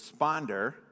responder